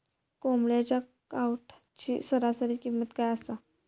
कोंबड्यांच्या कावटाची सरासरी किंमत काय असा?